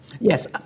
Yes